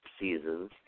seasons